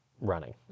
running